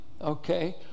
okay